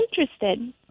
interested